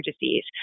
disease